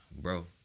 Bro